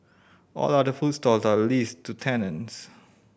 all other food stalls are leased to tenants